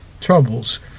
troubles